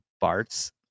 Barts